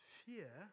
fear